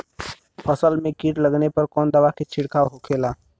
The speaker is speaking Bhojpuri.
फसल में कीट लगने पर कौन दवा के छिड़काव होखेला?